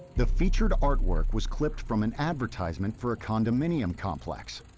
the featured artwork was clipped from an advertisement for a condominium complex.